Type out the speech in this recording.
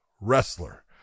wrestler